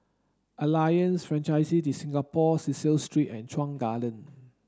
Alliance Francaise de Singapour Cecil Street and Chuan Garden